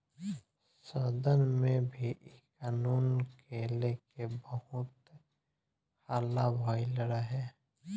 सदन में भी इ कानून के लेके बहुत हल्ला भईल रहे